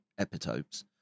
epitopes